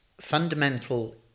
fundamental